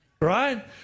right